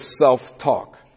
self-talk